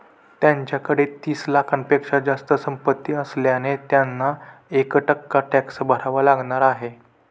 त्यांच्याकडे तीस लाखांपेक्षा जास्त संपत्ती असल्याने त्यांना एक टक्का टॅक्स भरावा लागणार आहे